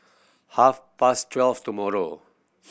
half past twelve tomorrow